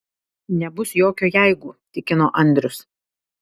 nebus jokio jeigu tikino andrius